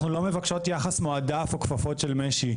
אנחנו לא מבקשות יחס מועדף או לא כפפות של משי,